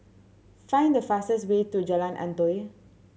find the fastest way to Jalan Antoi